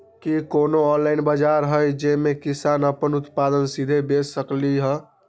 कि कोनो ऑनलाइन बाजार हइ जे में किसान अपन उत्पादन सीधे बेच सकलई ह?